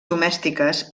domèstiques